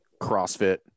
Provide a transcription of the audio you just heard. CrossFit